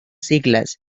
siglas